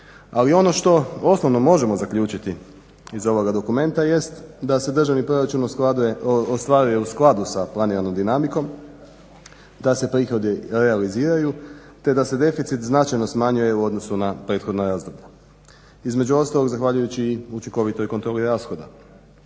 Ali ono što osnovno možemo zaključiti iz ovog dokumenta jest da se državni proračun ostvaruje u skladu sa planiranom dinamikom, da se prihodi realiziraju, te da se deficit značajno smanjuje u odnosu na prethodna razdoblja, između ostalog zahvaljujući i učinkovitoj kontroli rashoda.